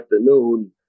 afternoon